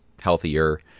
healthier